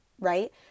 Right